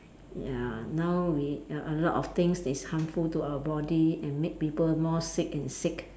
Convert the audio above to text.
ya now we a a lot of things is harmful to our body and make people more sick and sick